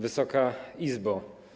Wysoka Izbo!